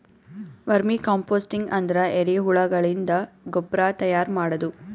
vermi composting ಅಂದ್ರ ಎರಿಹುಳಗಳಿಂದ ಗೊಬ್ರಾ ತೈಯಾರ್ ಮಾಡದು